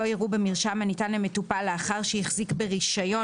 לא יראו במרשם הניתן למטופל לאחר שהחזיק ברישיון